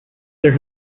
there